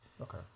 Okay